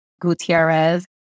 Gutierrez